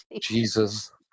Jesus